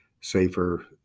safer